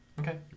Okay